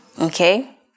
Okay